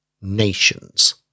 nations